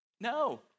No